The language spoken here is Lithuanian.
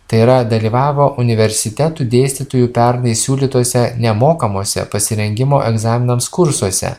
tai yra dalyvavo universitetų dėstytojų pernai siūlytuose nemokamuose pasirengimo egzaminams kursuose